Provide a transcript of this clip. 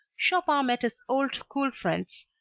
chopin met his old school friends,